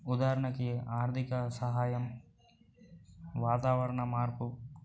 ఉదాహరణకి ఆర్థిక సహాయం వాతావరణ మార్పు